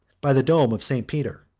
by the dome of st. peter,